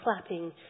clapping